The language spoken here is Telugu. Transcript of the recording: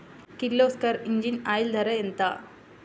కిర్లోస్కర్ ఇంజిన్ ఆయిల్ ధర ఎంత?